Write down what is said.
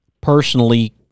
Personally